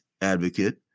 advocate